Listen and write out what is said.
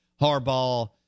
Harbaugh